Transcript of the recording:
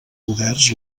poders